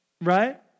right